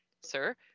sir